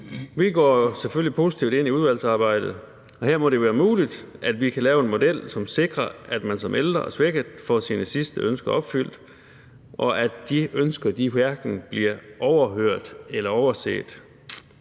Vi går selvfølgelig positivt ind i udvalgsarbejdet. Og her må det være muligt, at vi kan lave en model, som sikrer, at man som ældre og svækket får sine sidste ønsker opfyldt, og at de ønsker hverken bliver overhørt eller overset.